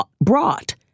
brought